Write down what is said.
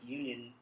union